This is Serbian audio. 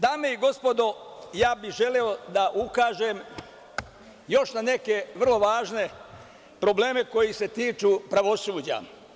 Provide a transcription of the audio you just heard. Dame i gospodo, želeo bih da ukažem još na neke vrlo važne probleme koji se tiču pravosuđa.